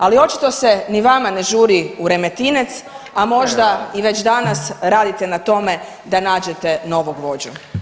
Ali očito se ni vama ne žuri u Remetinec, a možda i već danas radite na tome da nađete novog vođu.